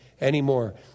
anymore